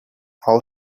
all